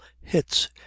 hits